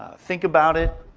think about it,